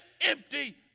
empty